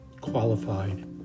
qualified